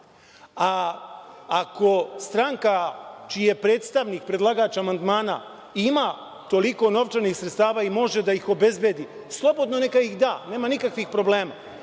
Ako stranka čiji je predstavnik predlagač amandmana ima toliko novčanih sredstava i može da ih obezbedi, slobodno neka ih da, nema nikakvih problema. Ova